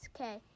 Okay